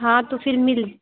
ہاں تو پھر مل